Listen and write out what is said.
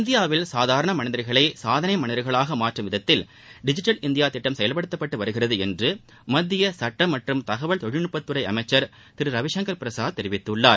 இந்தியாவில் சாதாரண மனிதர்களை சாதனை மனிதர்களாக மாற்றும் விதத்தில் டிஜிட்டல் இந்தியா திட்டம் செயல்படுத்தப்பட்டு வருகிறது என்று மத்திய சுட்டம் மற்றும் தகவல் தொழில்நுட்பத் துறை அமைச்சர் திரு ரவிசங்கர் பிரசாத் தெரிவித்துள்ளார்